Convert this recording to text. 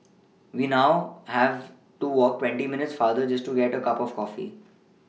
we now have to walk twenty minutes farther just to get a cup of coffee